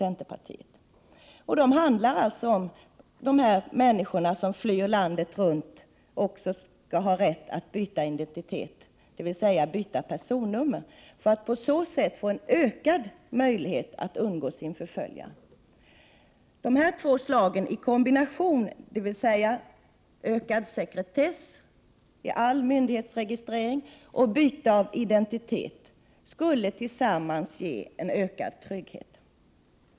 1987/88:41 människor som flyr landet runt skall ha rätt att byta identitet, dvs. byta 9 december 1987 personnummer, och på så sätt få större möjligheter att undgå sina förföljare. = mr. .mabvidorför Dessa två förslag i kombination, ökad sekretess i all myndighetsregistrering och byte av identitet, ger tillsammans en större trygghet.